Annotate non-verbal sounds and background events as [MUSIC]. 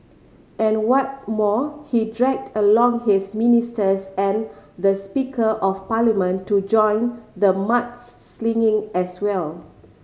and what more he dragged along his ministers and the Speaker of Parliament to join the mud [UNINTELLIGIBLE] slinging as well